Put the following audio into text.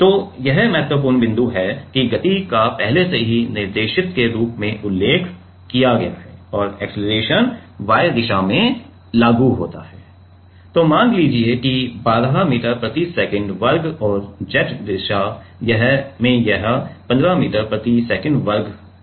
तो यह महत्वपूर्ण बिंदु है कि गति का पहले से ही निर्देशित के रूप में उल्लेख किया गया है और एक्सेलरेशन Y दिशा में लागू होता है मान लीजिए कि 12 मीटर प्रति सेकंड वर्ग और Z दिशा यह 15 मीटर प्रति सेकंड वर्ग है